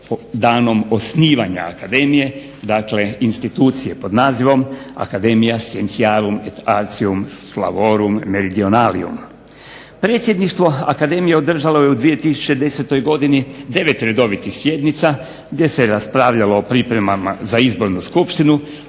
danom osnivanja akademije, dakle institucije pod nazivom "Academia scientiarum et artium laborum meridionalium". Predsjedništvo akademije održalo je 2010. godini 9 redovitih sjednica gdje se raspravljalo o pripremama za izbornu skupštinu